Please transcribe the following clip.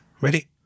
Ready